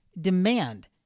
Demand